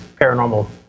paranormal